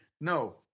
no